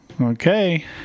Okay